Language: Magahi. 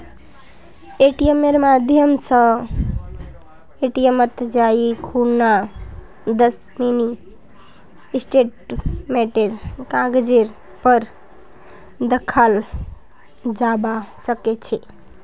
एटीएमेर माध्यम स एटीएमत जाई खूना दस मिनी स्टेटमेंटेर कागजेर पर दखाल जाबा सके छे